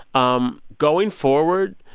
um going forward,